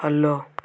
follow